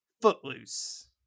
Footloose